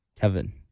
Kevin